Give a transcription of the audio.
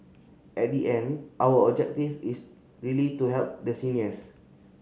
at the end our objective is really to help the seniors